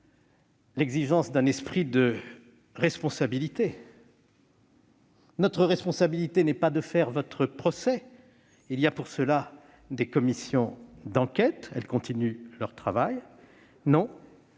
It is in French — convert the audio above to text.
l'exigence d'un esprit de responsabilité. Notre responsabilité n'est pas de faire votre procès : il y a pour cela des commissions d'enquête qui continuent leur travail. Nous